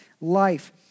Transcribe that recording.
life